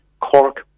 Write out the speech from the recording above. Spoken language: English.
Cork